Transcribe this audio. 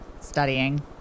Studying